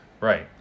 Right